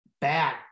Bad